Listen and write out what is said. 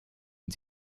und